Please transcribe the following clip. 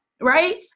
right